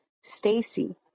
Stacy